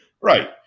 Right